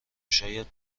شاید